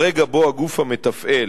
ברגע שבו הגוף המתפעל,